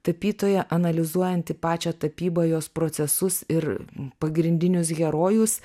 tapytoja analizuojanti pačią tapybą jos procesus ir pagrindinius herojus